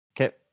Okay